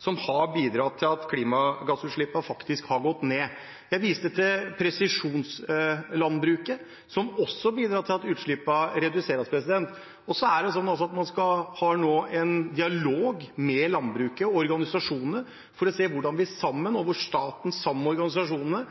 som har bidratt til at klimagassutslippene faktisk har gått ned. Jeg viste til presisjonslandbruket, som også bidrar til at utslippene reduseres. Og så er det nå en dialog med landbruksorganisasjonene for å se hvordan vi sammen, staten sammen med organisasjonene,